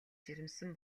жирэмсэн